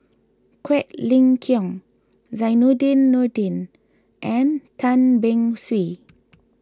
Quek Ling Kiong Zainudin Nordin and Tan Beng Swee